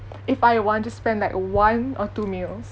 if I want to spend like one or two meals